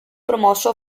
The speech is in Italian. promosso